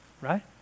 Right